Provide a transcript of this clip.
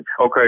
Okay